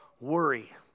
worry